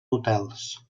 hotels